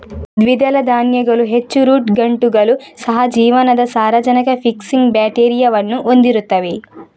ದ್ವಿದಳ ಧಾನ್ಯಗಳು ಹೆಚ್ಚು ರೂಟ್ ಗಂಟುಗಳು, ಸಹ ಜೀವನದ ಸಾರಜನಕ ಫಿಕ್ಸಿಂಗ್ ಬ್ಯಾಕ್ಟೀರಿಯಾವನ್ನು ಹೊಂದಿರುತ್ತವೆ